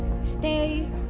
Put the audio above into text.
Stay